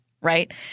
right